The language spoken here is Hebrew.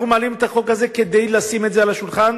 אנחנו מעלים את החוק הזה כדי לשים את זה על השולחן,